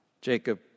Jacob